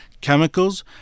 chemicals